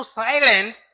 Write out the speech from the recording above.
silent